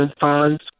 funds